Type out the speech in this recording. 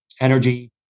energy